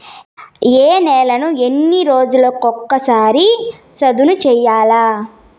ఏ నేలను ఎన్ని రోజులకొక సారి సదును చేయల్ల?